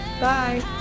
bye